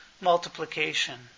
multiplication